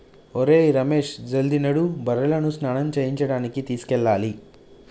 ఒరేయ్ రమేష్ జల్ది నడు బర్రెలను స్నానం చేయించడానికి తీసుకెళ్లాలి